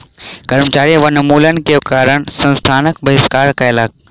कर्मचारी वनोन्मूलन के कारण संस्थानक बहिष्कार कयलक